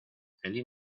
feliz